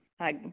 Hi